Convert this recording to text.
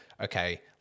okay